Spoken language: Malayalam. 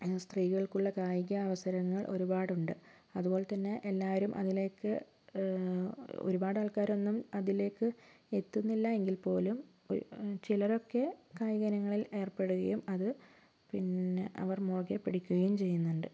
ഇന്ന് സ്ത്രീകൾക്കുള്ള കായിക അവസരങ്ങൾ ഒരുപാടുണ്ട് അതുപോലെ തന്നെ എല്ലാവരും അതിലേക്ക് ഒരുപാട് ആൾക്കാരൊന്നും അതിലേക്ക് എത്തുന്നില്ല എങ്കിൽ പോലും ചിലരൊക്കെ കായിക ഇനങ്ങളിൽ ഏർപ്പെടുകയും അത് പിന്നെ അവർ മുറുകെ പിടിക്കുകയും ചെയ്യുന്നുണ്ട്